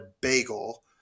bagel